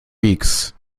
weeks